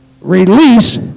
Release